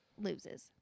loses